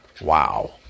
Wow